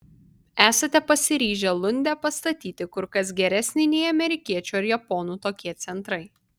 esate pasiryžę lunde pastatyti kur kas geresnį nei amerikiečių ar japonų tokie centrai